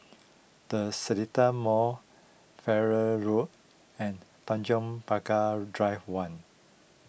the Seletar Mall Farrer Road and Tanjong Pagar Drive one